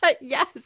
Yes